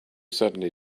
certainly